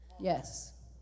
Yes